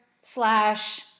slash